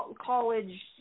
college